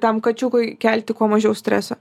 tam kačiukui kelti kuo mažiau streso